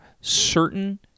certain